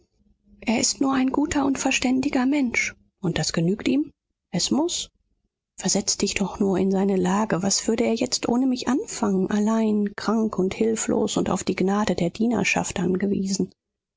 er ist nur ein guter und verständiger mensch und das genügt ihm es muß versetz dich doch nur in seine lage was würde er jetzt ohne mich anfangen allein krank und hilflos und auf die gnade der dienerschaft angewiesen